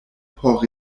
por